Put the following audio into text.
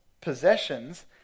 possessions